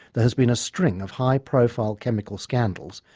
there has been a string of high profile chemical scandals,